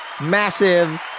massive